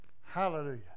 Hallelujah